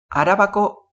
arabako